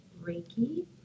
Reiki